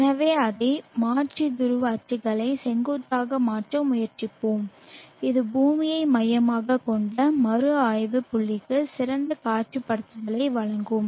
எனவே அதை மாற்றி துருவ அச்சுகளை செங்குத்தாக மாற்ற முயற்சிப்போம் இது பூமியை மையமாகக் கொண்ட மறுஆய்வு புள்ளிக்கு சிறந்த காட்சிப்படுத்தலை வழங்கும்